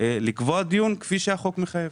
ומבקש ממך לקבוע דיון כפי שהחוק מחייב.